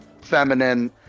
feminine